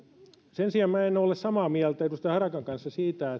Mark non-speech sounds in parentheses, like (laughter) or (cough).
sen sijaan en ole samaa mieltä edustaja harakan kanssa siitä (unintelligible)